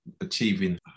achieving